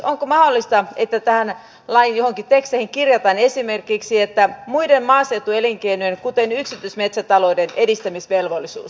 onko mahdollista että tähän lain johonkin teksteihin kirjataan esimerkiksi muiden maaseutuelinkeinojen kuten yksityismetsätalouden edistämisvelvollisuus